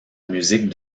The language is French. musique